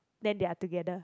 then they are together